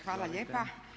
Hvala lijepa.